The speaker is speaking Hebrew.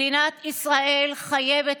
מדינת ישראל חייבת,